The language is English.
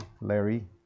Larry